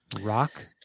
rock